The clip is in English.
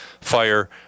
fire